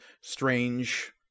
strange